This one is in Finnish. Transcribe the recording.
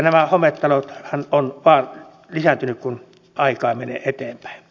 nämä hometalothan ovat vain lisääntyneet kun aikaa menee eteenpäin